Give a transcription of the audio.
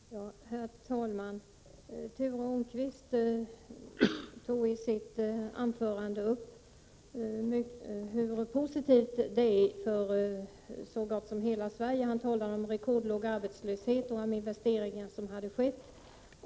Herr talman! Ture Ångqvist tog sitt anförande upp hur positiv utvecklingen är för så gott som hela Sverige. Han talar om rekordlåg arbetslöshet och om de investeringar som har skett.